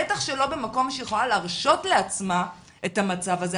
בטח שלא במקום שהיא יכולה להרשות לעצמה את המצב הזה.